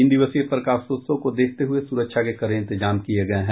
तीन दिवसीय प्रकाशोत्सव को देखते हुए सुरक्षा के कड़े इंतजाम किये गये हैं